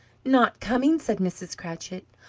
not coming, said mrs. cratchit.